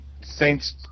Saints